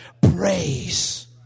Praise